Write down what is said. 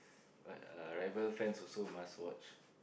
s~ but rival friends also must watch